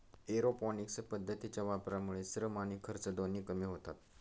aeroponics पद्धतीच्या वापरामुळे श्रम आणि खर्च दोन्ही कमी होतात